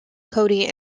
cody